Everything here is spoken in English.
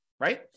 right